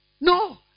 no